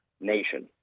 nation